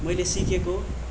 मैले सिकेको